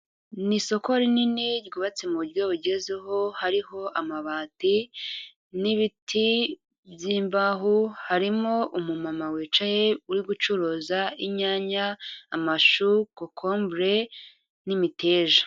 Ni isoko rinini ryubatse mu buryo bugezweho, hariho amabati n'ibiti by'imbaho, harimo umumama wicaye uri gucuruza inyanya, amashu kokombure n'imiteja.